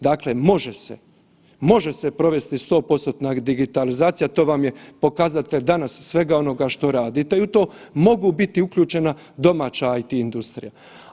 Dakle može se, može se provesti 100%-na digitalizacija to vam je pokazatelj danas svega onoga što radite i u to mogu biti uključena domaća IT industrija.